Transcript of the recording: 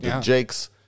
Jake's